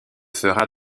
fera